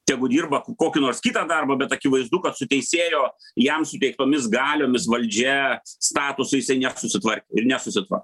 tegu dirba kokį nors kitą darbą bet akivaizdu kad su teisėjo jam suteiktomis galiomis valdžia statusu jisai nesusitvarkė ir nesusitvar